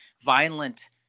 violent